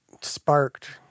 sparked